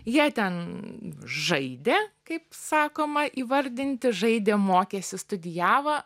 jie ten žaidė kaip sakoma įvardinti žaidė mokėsi studijavo